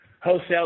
Wholesale